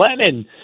Lennon